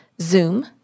Zoom